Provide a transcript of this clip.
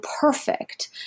perfect